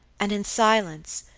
and in silence,